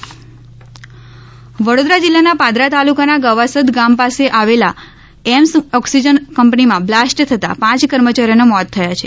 વડોદરા આગ વડોદરા જિલ્લાના પાદરા તાલુકાના ગવાસદ ગામ પાસે આવેલી એમ્સ ઓક્સિજન કંપનીમાં બ્લાસ્ટ થતાં પાંચ કર્મચારીઓના મોત થયા છે